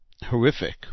horrific